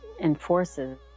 enforces